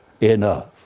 enough